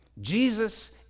Jesus